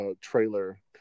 trailer